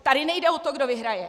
Tady nejde o to, kdo vyhraje!